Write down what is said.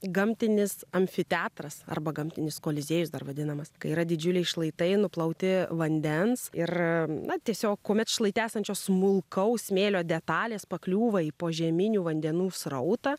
gamtinis amfiteatras arba gamtinis koliziejus dar vadinamas kai yra didžiuliai šlaitai nuplauti vandens ir na tiesiog kuomet šlaite esančio smulkaus smėlio detalės pakliūva į požeminių vandenų srautą